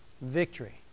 victory